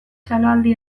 txaloaldi